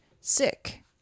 sick